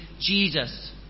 Jesus